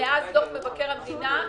מאז דוח מבקר המדינה ב-2018.